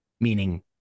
meaning